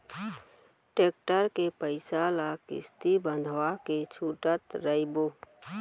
tractor के पइसा ल किस्ती बंधवा के छूटत रइबो